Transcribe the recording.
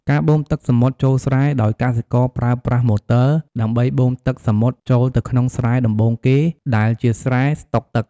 ការបូមទឹកសមុទ្រចូលស្រែ ដោយកសិករប្រើប្រាស់ម៉ូទ័រដើម្បីបូមទឹកសមុទ្រចូលទៅក្នុងស្រែដំបូងគេ ដែលជាស្រែស្តុកទឹក។